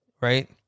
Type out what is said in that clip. right